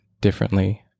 differently